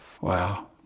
Wow